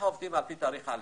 אנחנו עובדים לפי תאריך העלייה.